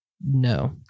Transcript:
No